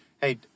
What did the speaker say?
hey